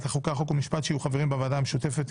החוקה חוק ומשפט שיהיו חברים בוועדה המשותפת,